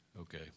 Okay